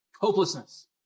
Hopelessness